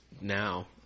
now